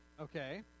Okay